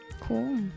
Cool